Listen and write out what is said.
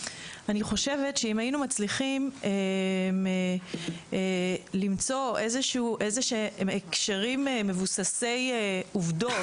אני חושבת שאם היינו מצליחים למצוא איזשהם הקשרים מבוססי עובדות,